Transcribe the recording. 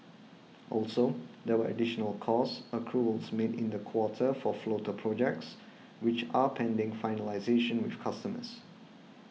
also there were additional cost accruals made in the quarter for floater projects which are pending finalisation with customers